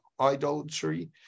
idolatry